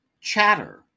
Chatter